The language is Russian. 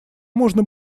можно